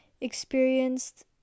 experienced